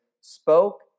spoke